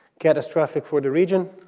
catastrophic for the region,